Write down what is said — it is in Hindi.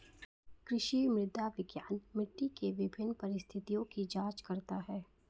कृषि मृदा विज्ञान मिट्टी के विभिन्न परिस्थितियों की जांच करता है